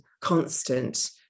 constant